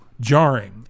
jarring